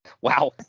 Wow